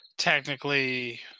technically